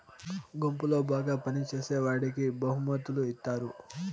గుంపులో బాగా పని చేసేవాడికి బహుమతులు ఇత్తారు